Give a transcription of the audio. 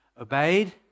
obeyed